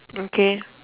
okay